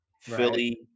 Philly